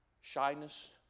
shyness